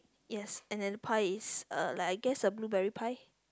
yes and then the pie is uh like I guess a blueberry pie